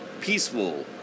peaceful